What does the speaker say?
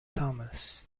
thomas